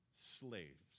slaves